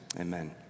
amen